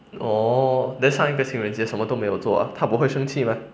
orh then 上一个情人节什么都没有做 ah 她不会生气 meh